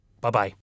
Bye-bye